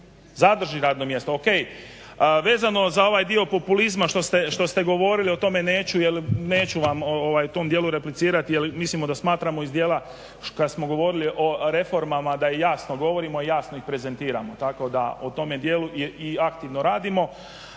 zadrži radno mjesto. Ok, vezano za ovaj dio populizma što ste govorili o tome neću jer neću vam u tome dijelu replicirati jer mislimo da smatramo iz dijela kad smo govorili o reformama da jasno govorimo, jasno ih prezentiramo. Tako da u tome dijelu i aktivno radimo.